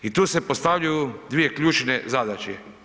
I tu se postavljaju dvije ključne zadaće.